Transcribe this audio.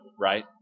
right